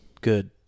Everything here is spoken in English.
good